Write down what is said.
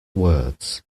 words